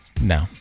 no